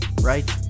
right